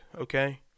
okay